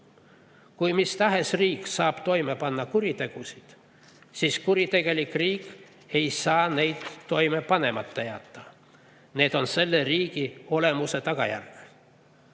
Kui mis tahes riik saab toime panna kuritegusid, siis kuritegelik riik ei saa neid toime panemata jätta. Need on selle riigi olemuse tagajärg.